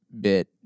bit